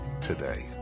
today